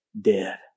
Dead